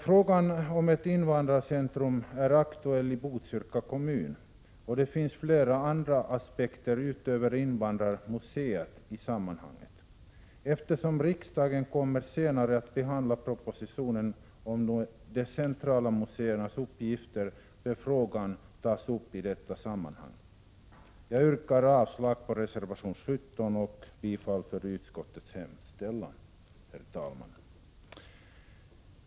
Frågan om ett invandrarcentrum är aktuell i Botkyrka kommun, och det finns flera andra aspekter utöver invandrarmuseet som är av intresse i sammanhanget. Eftersom riksdagen senare kommer att behandla propositionen om de centrala museernas uppgifter bör frågan tas upp i det sammanhanget. Herr talman! Jag yrkar avslag på reservation 17 och bifall till utskottets hemställan på denna punkt.